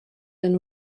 than